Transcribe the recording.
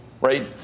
right